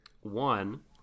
One